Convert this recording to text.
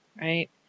right